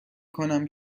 کنم